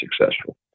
successful